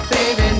Baby